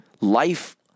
life